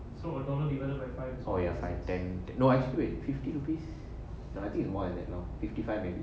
oh ya five ten no actually wait fifty rupees I think it's more than that now fifty five already